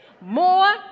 more